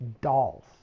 Dolls